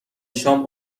شام